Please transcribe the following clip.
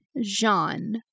Jean